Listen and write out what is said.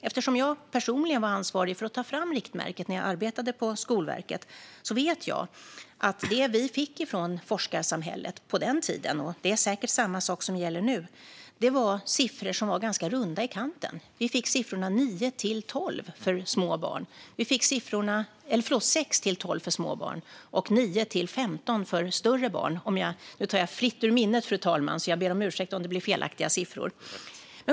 Eftersom jag personligen var ansvarig för att ta fram riktmärket när jag arbetade på Skolverket vet jag att det vi fick från forskarsamhället på den tiden - och det är säkert samma sak som gäller nu - var siffror som var ganska runda i kanten. Vi fick siffrorna 6-12 för små barn och 9-15 för större barn. Jag tar det nu fritt ur minnet, fru talman, så jag ber om ursäkt om det blir felaktiga siffror.